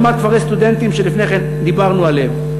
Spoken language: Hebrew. הקמת כפרי סטודנטים שלפני כן דיברנו עליהם.